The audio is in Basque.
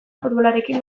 futbolarekin